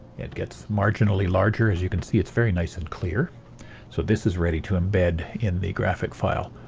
it gets marginally larger. as you can see it's very nice and clear so this is ready to embed in the graphic file.